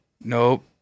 nope